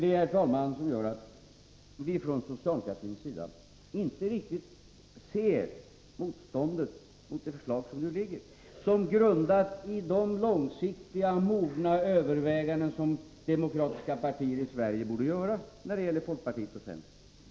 Detta är bakgrunden, herr talman, till att vi från socialdemokratins sida inte riktigt ser motståndet från folkpartiet och centerpartiet mot det förslag som nu föreligger som grundat i sådana långsiktiga och mogna överväganden som demokratiska partier i Sverige borde göra.